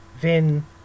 Vin